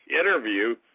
interview